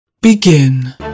Begin